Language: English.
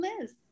Liz